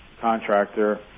contractor